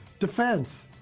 defense!